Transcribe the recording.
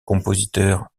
compositeur